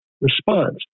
response